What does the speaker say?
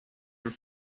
your